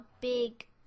big